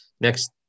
next